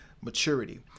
maturity